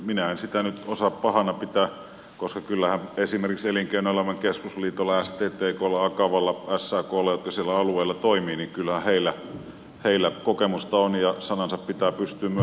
minä en sitä nyt osaa pahana pitää koska kyllähän esimerkiksi elinkeinoelämän keskusliitolla sttklla akavalla saklla jotka siellä alueella toimivat kokemusta on ja sanansa pitää pystyä myöskin sanomaan